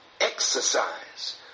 exercise